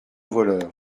voleur